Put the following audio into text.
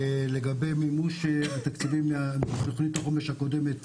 לגבי מימוש התקציבים בתוכנית החומש הקודמת,